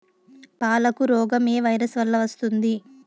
పాలకు రోగం ఏ వైరస్ వల్ల వస్తుంది?